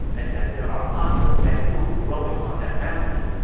and that there are lots of bamboo growing on that mountain.